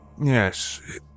Yes